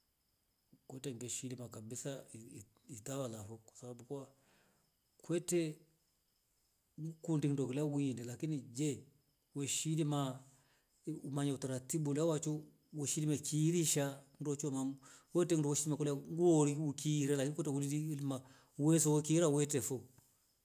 Kwete ngeshiilima kabisa itawala kwete kundi ngile kiundo kila ukundi weshhiilima ndo cha maana hukundi ukiiresho ndo chomanimamu kwete ndo ukundi ukire lakini kwete ndacho weekilima ikiira fo.